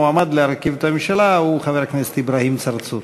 המועמד להרכיב את הממשלה הוא חבר הכנסת אברהים צרצור.